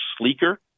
sleeker